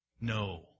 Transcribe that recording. No